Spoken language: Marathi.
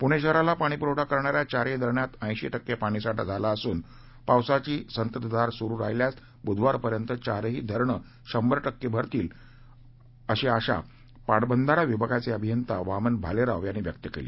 पूणीिहराला पाणीपूरवठा करणाऱ्या चारही धरणात ऐशी टक्के पाणीसाठा झाला असून पावसाची संततधार सुरू राहिल्यास ब्धवार पर्यत चारही धरणे शंभर टक्के भरतील अशी पाटबंधारा विभागाचे अभिंयता वामन भालेराव यांनी दिली